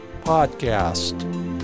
Podcast